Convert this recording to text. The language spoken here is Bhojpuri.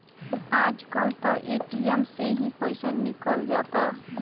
आज कल त ए.टी.एम से ही पईसा निकल जाता